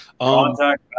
Contact